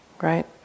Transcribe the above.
right